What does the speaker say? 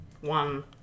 one